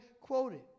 quoted